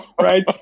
right